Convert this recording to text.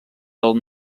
del